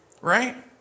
right